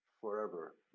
forever